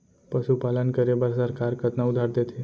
पशुपालन करे बर सरकार कतना उधार देथे?